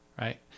Right